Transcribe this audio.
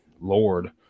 Lord